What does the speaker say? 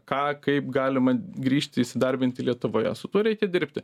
ką kaip galima grįžti įsidarbinti lietuvoje su tuo reikia dirbti